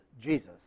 Jesus